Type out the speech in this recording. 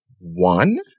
One